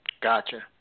Gotcha